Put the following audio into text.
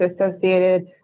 associated